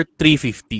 350